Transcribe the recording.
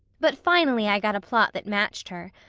but finally i got a plot that matched her.